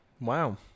Wow